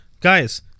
guys